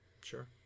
Sure